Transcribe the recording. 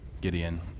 Gideon